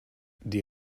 die